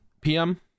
PM